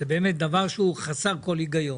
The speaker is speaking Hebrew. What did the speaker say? זה באמת דבר שהוא חסר כל היגיון.